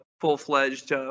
full-fledged